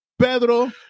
Pedro